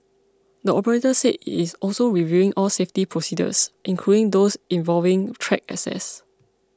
the operator said it is also reviewing all safety procedures including those involving track access